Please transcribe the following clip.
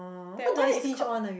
that one is called